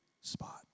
spot